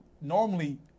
normally